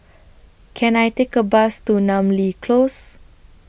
Can I Take A Bus to Namly Close